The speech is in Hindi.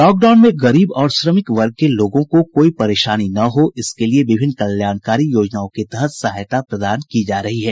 लॉकडाउन में गरीब और श्रमिक वर्ग के लोगों को कोई परेशानी न हो इसके लिए विभिन्न कल्याणकारी योजनाओं के तहत सहायता प्रदान की जा रही है